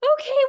okay